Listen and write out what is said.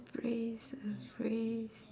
phrase a phrase